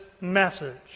message